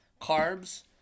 carbs